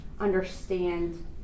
understand